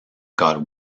got